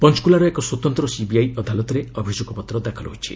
ପଞ୍ଚକୁଲାର ଏକ ସ୍ୱତନ୍ତ୍ର ସିବିଆଇ ଅଦାଲତରେ ଅଭିଯୋଗପତ୍ର ଦାଖଲ ହୋଇଛି